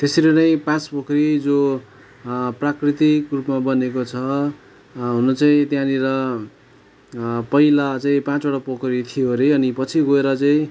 त्यसरी नै पाँच पोखरी जो प्राकृतिक रुपमा बनिएको छ हुनु चाहिँ त्यहाँनिर पहिला चाहिँ पाँचवटा पोखरी थियो हरे अनि पछि गएर चाहिँ